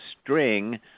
string